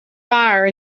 fire